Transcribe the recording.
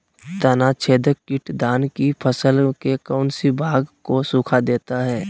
तनाछदेक किट धान की फसल के कौन सी भाग को सुखा देता है?